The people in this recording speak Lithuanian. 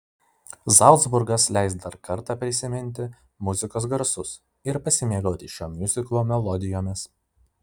zalcburgas leis dar kartą prisiminti muzikos garsus ir pasimėgauti šio miuziklo melodijomis